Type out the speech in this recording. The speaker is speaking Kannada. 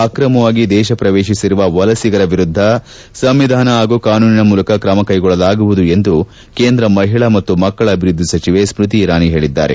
ಅಕ್ರಮವಾಗಿ ದೇಶ ಪ್ರವೇಶಿಸಿರುವ ವಲಸಿಗರ ವಿರುದ್ಧ ಸಂವಿಧಾನ ಹಾಗೂ ಕಾನೂನಿನ ಮೂಲಕ ಕ್ರಮ ಕೈಗೊಳ್ಳಲಾಗುವುದು ಎಂದು ಕೇಂದ್ರ ಮಹಿಳಾ ಮತ್ತು ಮಕ್ಕಳ ಅಭಿವೃದ್ದಿ ಸಚಿವೆ ಸ್ಥತಿ ಇರಾನಿ ಹೇಳಿದ್ದಾರೆ